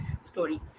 story